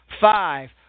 five